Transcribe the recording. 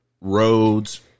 roads